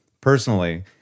personally